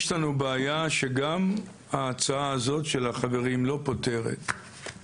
יש לנו בעיה שגם ההצעה הזאת של החברים לא פותרת.